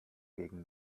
gegen